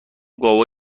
گاوا